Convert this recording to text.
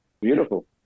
Beautiful